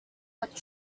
but